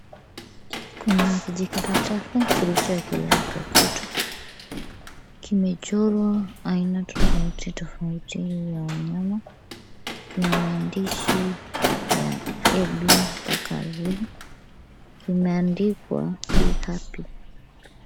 Kuna kijikaratasi kilichowekelewa kwa ukuta. Kimechorwa aina tofauti tofauti ya wanyama. Kina maandishi ya A,B mpaka Z. Kimeandikwa be happy .